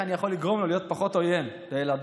אני יכול לגרום לו להיות פחות עוין לילדות,